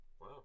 Wow